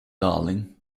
darling